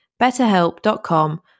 betterhelp.com